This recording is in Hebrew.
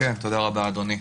תודה, אדוני.